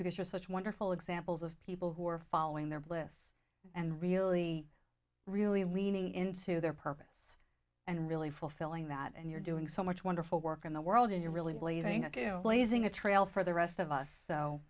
because you're such wonderful examples of people who are following their bliss and really really leaning into their purpose and really fulfilling that and you're doing so much wonderful work in the world and you're really blazing a trail for the rest of us